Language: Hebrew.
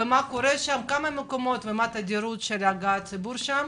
כמה מקומות ומה התדירות של הגעת הציבור לשם?